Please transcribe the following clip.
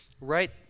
right